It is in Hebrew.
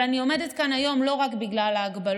אבל אני עומדת כאן היום לא רק בגלל ההגבלות,